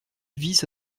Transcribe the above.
vise